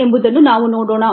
ಎಂಬುದನ್ನು ನಾವು ನೋಡೋಣ